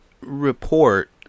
report